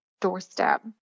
doorstep